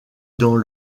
dans